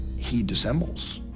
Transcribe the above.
he dissembles.